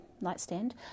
nightstand